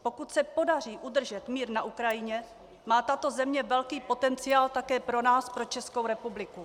Pokud se podaří udržet mír na Ukrajině, má tato země velký potenciál také pro nás, pro Českou republiku.